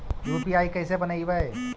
UPI कैसे बनइबै?